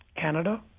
Canada